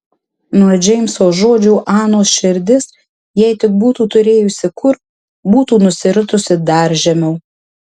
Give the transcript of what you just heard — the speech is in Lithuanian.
nuo džeimso žodžių anos širdis jei tik būtų turėjusi kur būtų nusiritusi dar žemiau